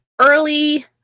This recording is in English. early